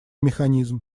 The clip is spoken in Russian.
механизм